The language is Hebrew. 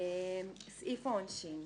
סעיף העונשין.